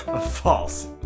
False